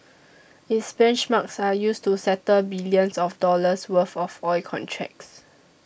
its benchmarks are used to settle billions of dollars worth of oil contracts